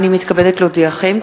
הנני מתכבדת להודיעכם,